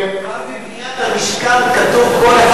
כבר בבניית המשכן כתוב: כל אחד